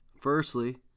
firstly